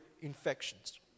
infections